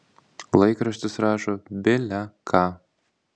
laikraštis rašo bile ką